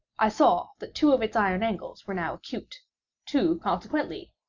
i saw that two of its iron angles were now acute two, consequently,